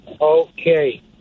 Okay